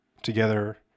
together